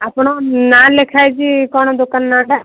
ଆପଣଙ୍କ ନାଁ ଲେଖା ହେଇଛି କ'ଣ ଦୋକାନ ନାଁଟା